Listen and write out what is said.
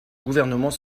gouvernement